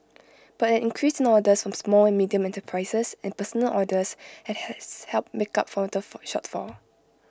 but an increase in orders some small and medium enterprises and personal orders has helped make up for the shortfall